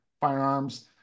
firearms